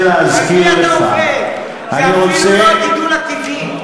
זה אפילו לא הגידול הטבעי.